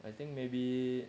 I think maybe